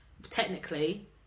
Technically